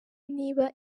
niba